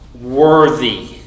worthy